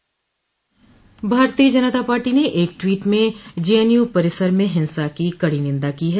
भारतीय जनता पार्टी ने एक ट्वीट में जेएनयू परिसर में हिंसा की कडी निंदा की है